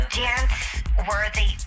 dance-worthy